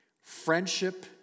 friendship